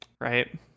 right